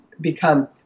become